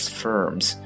firms